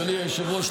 אדוני היושב-ראש,